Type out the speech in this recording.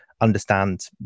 understand